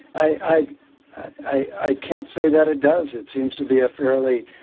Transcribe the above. i i can't say that it does. it seems to be a fairly,